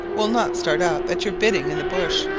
will not start up at your bidding in the bush,